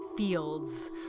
Fields